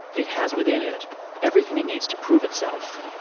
it has within it everything it needs to prove itself,